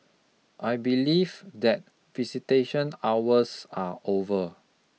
I believe that visitation hours are over